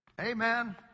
Amen